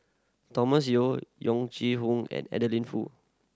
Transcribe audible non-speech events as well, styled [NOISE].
Thomas Yeo Yong [UNINTELLIGIBLE] Hoong and Adeline Foo